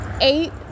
eight